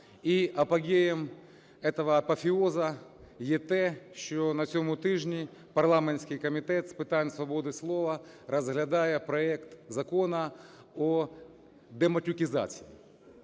І апогеєм этого апофеоза є те, що на цьому тижні парламентський Комітет з питань свободи слова розглядає проект Закону о дематюкізації.